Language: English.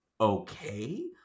okay